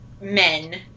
men